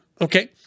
okay